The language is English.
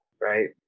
right